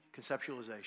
conceptualization